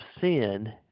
sin